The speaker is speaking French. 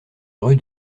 rue